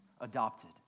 adopted